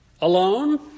alone